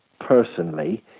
personally